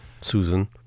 Susan